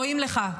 רואים לך,